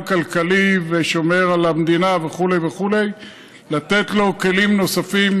כלכלי ושומר על המדינה וכו' וכו' כלים נוספים,